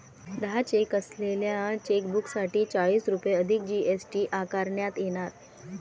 दहा चेक असलेल्या चेकबुकसाठी चाळीस रुपये अधिक जी.एस.टी आकारण्यात येणार